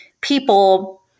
people